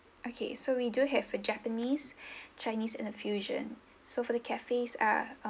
okay so we do have a japanese chinese and the fusion so for the cafes are um~